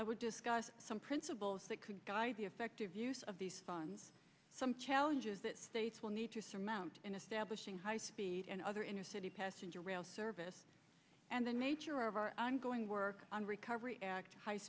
i would discuss some principles that could guide the effective use of these funds some challenges that states will need to surmount in establishing high speed and other inner city passenger rail service and the nature of our ongoing work on recovery act high